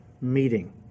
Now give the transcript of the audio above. meeting